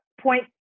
point